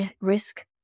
risk